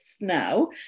now